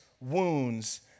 wounds